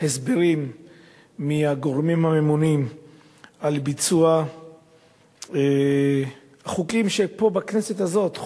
הסברים מהגורמים הממונים על ביצוע חוקים שחוקקנו פה בכנסת הזאת.